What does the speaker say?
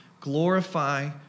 Glorify